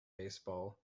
baseball